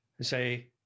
say